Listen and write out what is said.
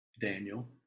Daniel